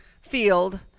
field